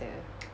eh